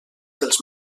dels